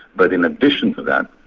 but in addition to that,